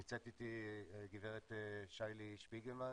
נמצאת איתי גב' שי-לי שפיגלמן,